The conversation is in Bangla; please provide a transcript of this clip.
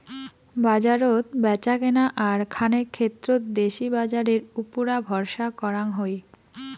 বাজারত ব্যাচাকেনা আর খানেক ক্ষেত্রত দেশি বাজারের উপুরা ভরসা করাং হই